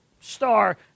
star